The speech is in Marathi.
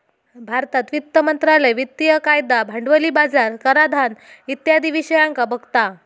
भारतात वित्त मंत्रालय वित्तिय कायदा, भांडवली बाजार, कराधान इत्यादी विषयांका बघता